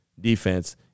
defense